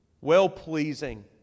Well-pleasing